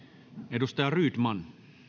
edustaja rydman arvoisa